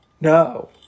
No